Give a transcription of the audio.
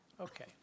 Okay